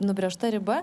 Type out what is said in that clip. nubrėžta riba